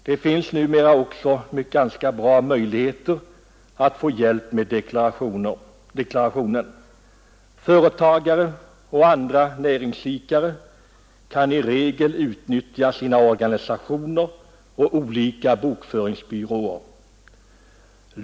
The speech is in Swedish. Det finns numera också ganska goda möjligheter att få hjälp med deklarationen. Företagare och andra näringsidkare kan i regel utnyttja sina organisationer och olika bokföringsbyråer.